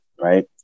right